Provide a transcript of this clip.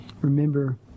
remember